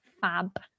fab